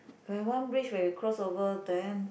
where one bridge where you cross over then